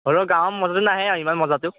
হ'লেও গাঁৱৰ মজাটো নাহে আৰু ইমান মজাটো